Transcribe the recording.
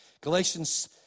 Galatians